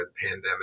pandemic